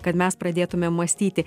kad mes pradėtumėm mąstyti